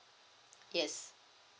yes